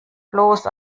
bloß